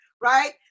right